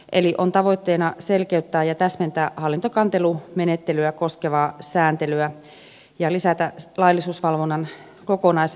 eli on tavoitteena selkeyttää ja täsmentää hallintokantelumenettelyä koskevaa sääntelyä ja lisätä laillisuusvalvonnan kokonaisvaikuttavuutta